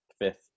fifth